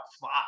fuck